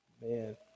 Man